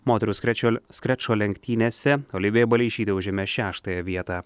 moterų skrečio skrečio lenktynėse olivija baleišytė užėmė šeštąją vietą